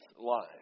life